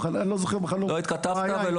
אמר